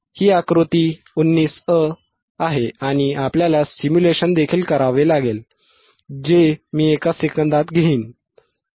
ही आकृती 19a आहे आणि आपल्याला सिम्युलेशन देखील करावे लागेल जे मी एका सेकंदात घेईन